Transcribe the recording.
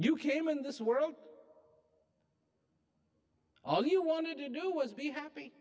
you came in this world all you wanted to do was be happy